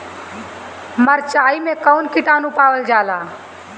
मारचाई मे कौन किटानु पावल जाला?